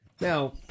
Now